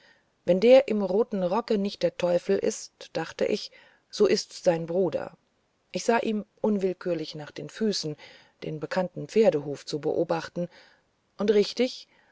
wenn der im roten rocke nicht der teufel ist dachte ich so ist's sein bruder ich sah ihm unwillkürlich nach den füßen den bekannten pferdehuf zu beobachten und richtig